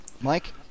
Mike